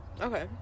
Okay